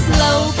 Slow